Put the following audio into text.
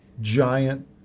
giant